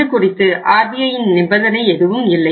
இதுகுறித்து RBIயின் நிபந்தனை எதுவும் இல்லை